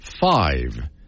Five